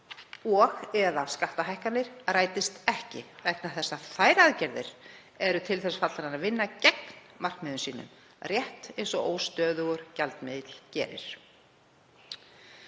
og/eða skattahækkanir rætist ekki, vegna þess að þær aðgerðir eru til þess fallnar að vinna gegn markmiðum, rétt eins og óstöðugur gjaldmiðill gerir.